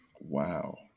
Wow